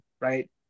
right